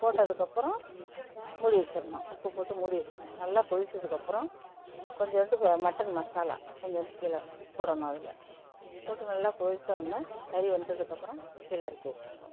போட்டதுக்கப்புறம் மூடி வச்சடணும் உப்பு போட்டு மூடி வச்சிடணும் நல்லா கொதிச்சதுக்கப்புறம் கொஞ்சோண்டு ம மட்டன் மசாலா கொஞ்சோண்டு கீழே போடணும் அதில் போட்டு நல்லா கொதிச்சோன்ன கறி வெந்தத்துக்கப்புறம் கீழே இறக்கி வச்சிரணும்